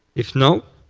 if no,